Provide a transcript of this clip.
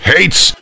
Hates